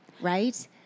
right